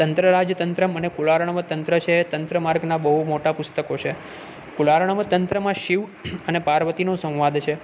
તંત્ર રાજ તંત્રમ અને કોલારવણ તંત્ર છે એ તંત્ર માર્ગના બહુ મોટા પુસ્તકો છે કોલારવણ તંત્રમાં શિવ અને પાર્વતીનો સંવાદ છે